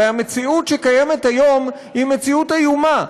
הרי המציאות שקיימת היום היא מציאות איומה,